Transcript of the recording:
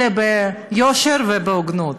אלא ביושר ובהוגנות.